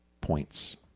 points